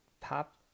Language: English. pop